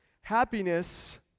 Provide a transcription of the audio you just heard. happiness